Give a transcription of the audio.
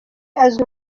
azwi